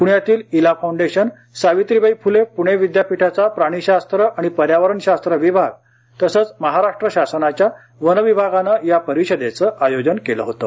प्ण्यातील इला फाऊंडेशन सावित्रीबाई फुले पुणे विद्यापीठाचा प्राणीशास्त्र आणि पर्यावरण शास्त्र विभाग तसंच महाराष्ट्र शासनाच्या वनविभागानं या परिषदेचं आय़ोजन केलं होतं